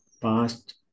past